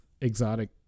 exotic